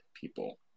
people